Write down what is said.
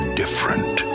different